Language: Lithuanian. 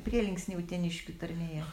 prielinksniai uteniškių tarmėje